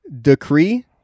decree